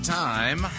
time